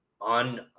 on